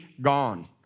gone